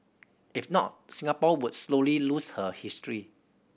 if not Singapore would slowly lose her history